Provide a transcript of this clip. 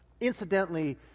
Incidentally